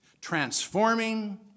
transforming